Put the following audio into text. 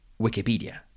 Wikipedia